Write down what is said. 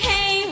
Hey